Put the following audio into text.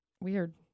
Weird